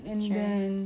that's right